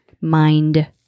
mind